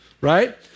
Right